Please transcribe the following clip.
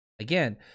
Again